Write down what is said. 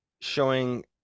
showing